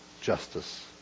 justice